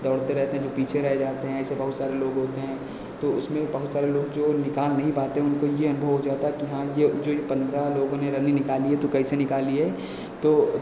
दौड़ते रहते हैं जो पीछे रह जाते है ऐसे बहुत सारे लोग होते हैं तो उसमें बहुत सारे लोग जो निकाल नहीं पाते हैं उनको यह अनुभव हो जाता है कि हाँ यह जो पन्द्रह लोगों ने रनिंग निकाली है तो कैसे निकाली है तो